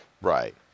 Right